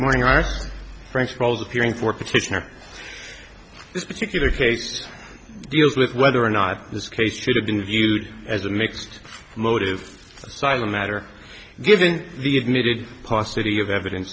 morning are french trolls appearing for petitioner this particular case deals with whether or not this case should have been viewed as a mixed motive sila matter given the admitted possibility of evidence